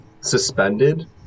suspended